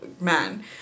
man